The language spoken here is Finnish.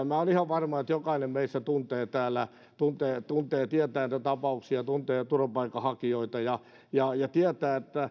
minä olen ihan varma että jokainen meistä täällä tuntee ja tietää näitä tapauksia tuntee turvapaikanhakijoita ja ja tietää että